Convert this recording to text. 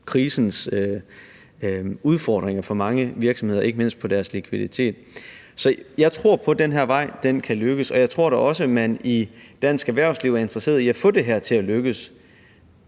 krisens udfordringer for mange virksomheder, ikke mindst med hensyn til deres likviditet. Så jeg tror på, at det kan lykkes at gå ad den her vej, og jeg tror da også, at man i dansk erhvervsliv er interesseret i at få det her til at lykkes,